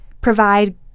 provide